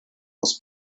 aus